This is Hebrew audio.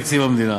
תקציב המדינה.